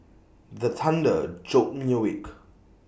the thunder jolt me awake